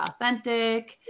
authentic